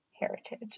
heritage